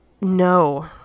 No